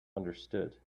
understood